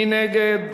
מי נגד?